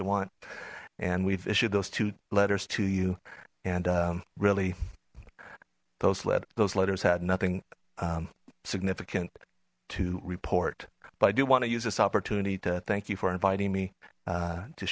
you want and we've issued those two letters to you and really those led those letters had nothing significant to report but i do want to use this opportunity to thank you for inviting me